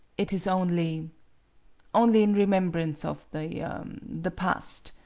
it is only only in remembrance of the the past.